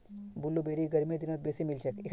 blueberry गर्मीर दिनत बेसी मिलछेक